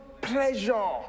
pleasure